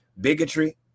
bigotry